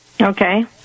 Okay